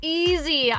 easy